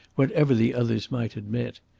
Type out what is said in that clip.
whatever the others might admit.